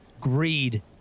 greed